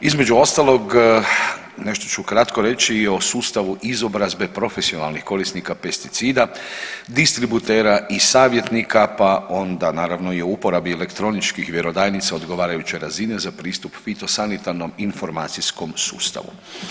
Između ostalog nešto ću kratko reći i o sustavu izobrazbe profesionalnih korisnika pesticida, distributera i savjetnika, pa onda naravno i o uporabi elektroničkih vjerodajnica odgovarajuće razine za pristup fitosanitarnom informacijskom sustavu.